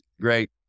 great